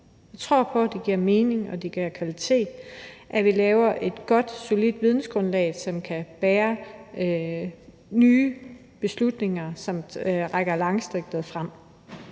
Jeg tror på, at det giver mening, og at det giver kvalitet, at vi laver et godt solidt vidensgrundlag, som kan bære nye beslutninger, som rækker langt frem.